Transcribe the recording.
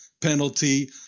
penalty